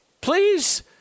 Please